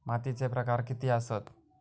मातीचे प्रकार किती आसत?